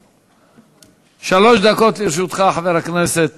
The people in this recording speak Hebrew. שלוש דקות לרשותך, חבר הכנסת